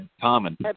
common